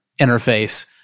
interface